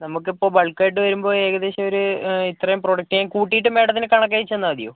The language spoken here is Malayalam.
നമുക്കിപ്പോൾ ബൾക്കായിട്ട് വരുമ്പോൾ ഏകദേശം ഒരു ഇത്രയും പ്രോഡക്ട് ഞാൻ കൂട്ടിയിട്ട് മാഡത്തിന് കണക്ക് അയച്ചു തന്നാൽ മതിയോ